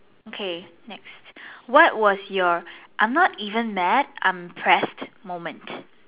okay next what was your I'm not even mad I'm pressed moment